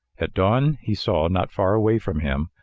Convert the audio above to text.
at dawn, he saw, not far away from him,